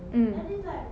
mm